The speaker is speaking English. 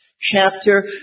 chapter